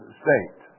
state